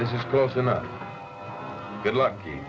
this is close enough good luck